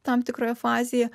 tam tikroje fazėje